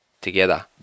Together